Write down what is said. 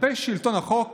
כלפי שלטון החוק